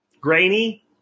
grainy